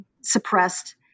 suppressed